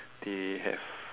they have